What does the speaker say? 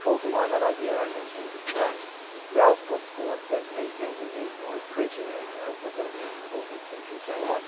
call to mind that idea i mentioned that rouse puts forward, that these things are used more as preaching aids as the thirteenth and fourteenth centuries go on.